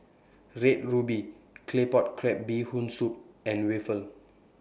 Red Ruby Claypot Crab Bee Hoon Soup and raffle